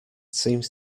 seems